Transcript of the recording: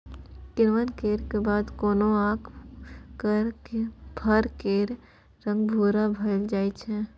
किण्वन केर बाद कोकोआक फर केर रंग भूरा भए जाइ छै